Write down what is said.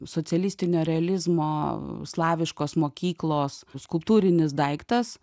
socialistinio realizmo slaviškos mokyklos skulptūrinis daiktas